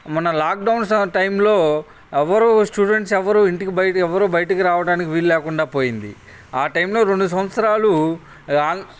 మొన్న లాక్డౌన్ టైమ్లో ఎవ్వరూ స్టూడెంట్స్ ఎవ్వరు ఇంటికి బయట ఎవ్వరూ బయటకి రావడానికి వీలు లేకుండా పోయింది ఆ టైమ్లో రెండు సంవత్సరాలు